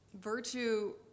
Virtue